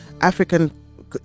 African